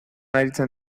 aritzen